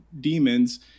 demons